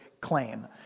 claim